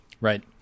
Right